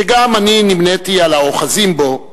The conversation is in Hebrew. שגם אני נמניתי עם האוחזים בו,